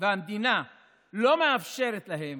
והמדינה לא מאפשרת להם